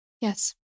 Yes